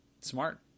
Smart